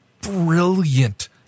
brilliant